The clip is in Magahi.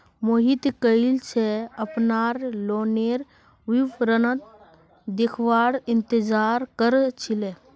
मोहित कइल स अपनार लोनेर विवरण देखवार इंतजार कर छिले